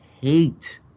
hate